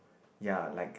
ya like